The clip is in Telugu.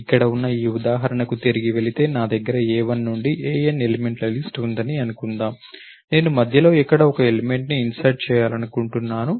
ఇక్కడ ఉన్న ఈ ఉదాహరణకి తిరిగి వెళితే నా దగ్గర a1 నుండి an ఎలిమెంట్ల లిస్ట్ ఉంది అనుకుందాం నేను మధ్యలో ఎక్కడో ఒక ఎలిమెంట్ ని ఇన్సర్ట్ చేయాలనుకుంటున్నాను